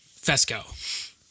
Fesco